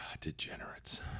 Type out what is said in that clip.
degenerates